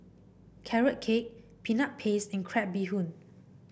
Carrot Cake Peanut Paste and Crab Bee Hoon